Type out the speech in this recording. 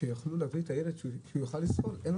שיוכלו להביא אליהם את הילד כדי שיוכל לזוז.